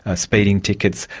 ah speeding tickets,